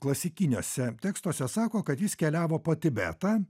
klasikiniuose tekstuose sako kad jis keliavo po tibetą